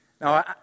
Now